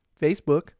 Facebook